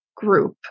group